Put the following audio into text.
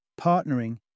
partnering